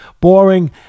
boring